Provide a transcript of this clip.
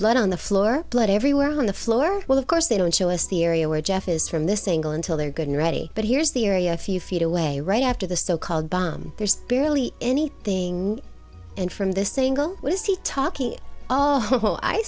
blood on the floor blood everywhere on the floor well of course they don't show us the area where jeff is from this angle until they're good and ready but here's the area a few feet away right after the so called bomb there's barely anything and from this angle was he talking oh i